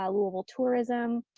ah louisville tourism,